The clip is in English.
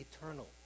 eternal